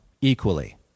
equally